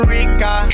Rica